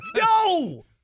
no